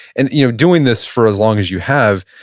and you know doing this for as long as you have,